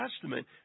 Testament